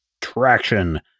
Traction